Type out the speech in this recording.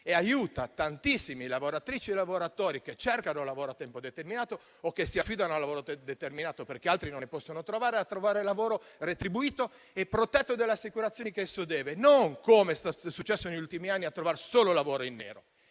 e aiuta tantissimi lavoratrici e lavoratori, che cercano lavoro a tempo determinato o che si affidano al lavoro determinato perché altri non ne possono trovare, ad ottenere un lavoro retribuito e protetto dalle assicurazioni e non, come successo negli ultimi anni, a trovare solo lavoro in nero.